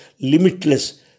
limitless